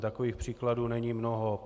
Takových příkladů není mnoho.